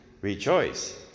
rejoice